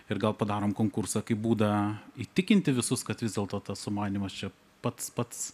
ir gal padarom konkursą kaip būdą įtikinti visus kad vis dėlto tas sumanymas čia pats pats